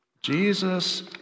Jesus